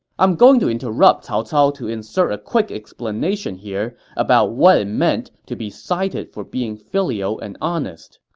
i'm going to interrupt cao cao to insert a quick explanation here about what it meant to be cited for being filial and honest.